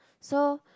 so